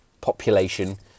population